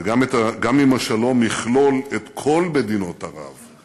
גם אם השלום יכלול את כל מדינות ערב,